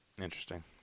Interesting